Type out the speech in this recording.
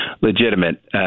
legitimate